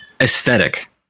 aesthetic